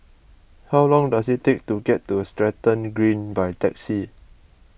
how long does it take to get to Stratton Green by taxi